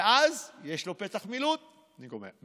ואז יש לו פתח לו מילוט, נא לסיים.